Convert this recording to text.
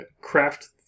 craft